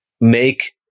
make